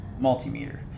multimeter